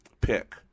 Pick